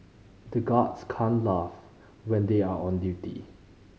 the guards can't laugh when they are on duty